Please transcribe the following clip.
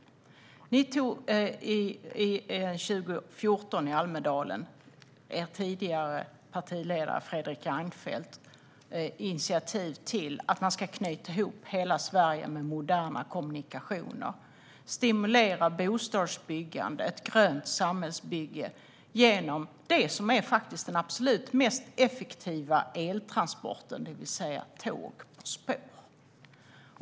Det var år 2014 i Almedalen som er tidigare partiledare Fredrik Reinfeldt tog initiativ till att knyta ihop hela Sverige med moderna kommunikationer och stimulera bostadsbyggande och grönt samhällsbygge genom det som är den absolut mest effektiva eltransporten, det vill säga tåg och spår.